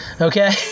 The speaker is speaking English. Okay